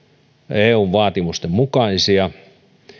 eun vaatimusten mukaisia